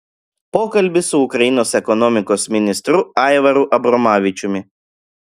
pokalbis su ukrainos ekonomikos ministru aivaru abromavičiumi